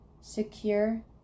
secure